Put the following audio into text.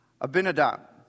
Abinadab